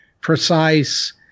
precise